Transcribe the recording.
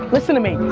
listen to me.